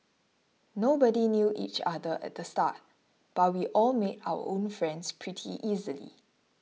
nobody knew each other at the start but we all made our own friends pretty easily